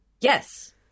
Yes